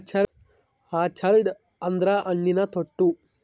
orchard ಅಂದ್ರ ಹಣ್ಣಿನ ತೋಟ